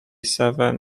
seven